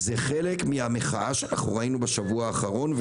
זה חלק מהמחאה שראינו בשבוע האחרון,